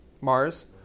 Mars